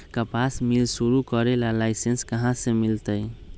कपास मिल शुरू करे ला लाइसेन्स कहाँ से मिल तय